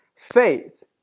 Faith